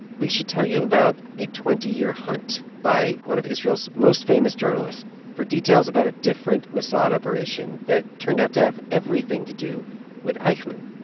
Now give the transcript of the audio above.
we should tell you about a twenty year hunt by one of israel's most famous journalists for details about a different mossad operation that turned out to have everything to do with eichmann.